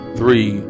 three